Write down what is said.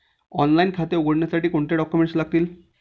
Online खाते उघडण्यासाठी कोणते डॉक्युमेंट्स लागतील?